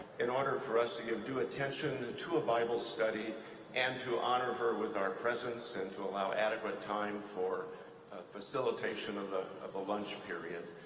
in order for us to give due attention to to a bible study and to honor her with our presence and allow adequate time for facilitation of the of the lunch period,